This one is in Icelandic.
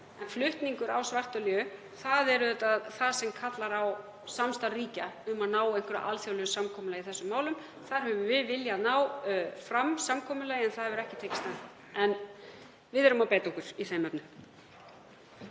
En flutningur á svartolíu er það sem kallar á samstarf ríkja um að ná alþjóðlegu samkomulagi í þessum málum. Þar höfum við viljað ná fram samkomulagi en það hefur ekki tekist enn þá, en við erum að beita okkur í þeim efnum.